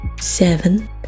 seven